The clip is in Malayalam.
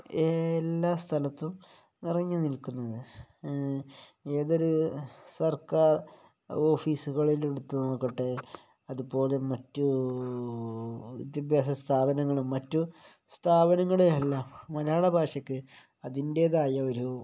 എല്ലാ സ്ഥലത്തും നിറഞ്ഞുനിൽക്കുന്നത് ഏതൊരു സർക്കാർ ഓഫീസുകളില് എടുത്തു നോക്കട്ടെ അതുപോലെ മറ്റു വിദ്യാഭ്യാസ സ്ഥാപനങ്ങളും മറ്റു സ്ഥാപനങ്ങളുമെല്ലാം മലയാള ഭാഷയ്ക്ക് അതിന്റേതായ ഒരു